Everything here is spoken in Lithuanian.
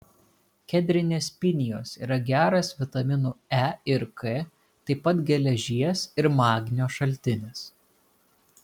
kedrinės pinijos yra geras vitaminų e ir k taip pat geležies ir magnio šaltinis